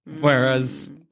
Whereas